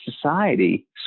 society